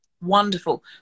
wonderful